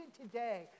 today